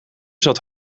zat